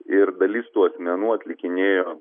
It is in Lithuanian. ir dalis tų asmenų atlikinėjo